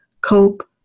cope